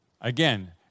Again